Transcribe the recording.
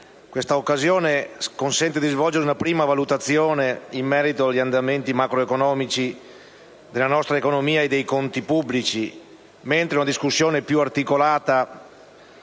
Questa occasione consente di svolgere una prima valutazione in merito agli andamenti macroeconomici della nostra economia e dei conti pubblici, mentre una discussione più articolata